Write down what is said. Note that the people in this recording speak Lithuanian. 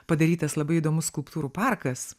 padarytas labai įdomus skulptūrų parkas